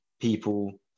people